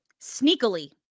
sneakily